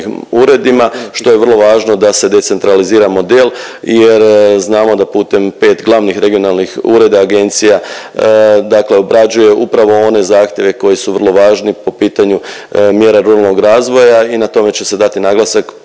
uredima, što je vrlo važno da se decentralizira model jer znamo da putem 5 glavnih regionalnih ureda, Agencija dakle obrađuje upravo one zahtjeve koji su vrlo važni po pitanju mjera ruralnog razvoja i na tome će se dati naglasak